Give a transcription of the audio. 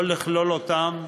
לא לכלול אותן,